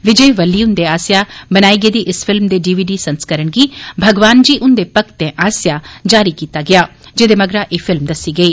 विजय वल्ली हुंदे आस्सेआ बनाई गेदी इस फिल्म दे डीवीडी संस्करण गी भगवान जी हुंदे भक्तें आसेआ जारी कीता गेआ जेह्दे मगरा एह् फिल्म दस्सी गेई